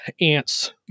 ants